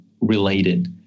related